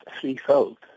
threefold